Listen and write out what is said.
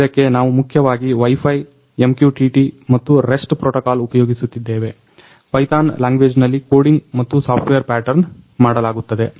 ಇದಕ್ಕೆ ನಾವು ಮುಖ್ಯವಾಗಿ Wi Fi MQTT ಮತ್ತು REST ಪ್ರೊಟೊಕಾಲ್ ಉಪಯೋಗಿಸುತ್ತಿದ್ದೆವೆ ಪೈಥಾನ್ ಲಾಂಗ್ಯುವೇಜ್ ನಲ್ಲಿ ಕೋಡಿಂಗ್ ಮತ್ತು ಸಾಫ್ಟ್ವೇರ್ ಪ್ಯಾಟರ್ನ್ ಮಾಡಲಾಗುತ್ತದೆ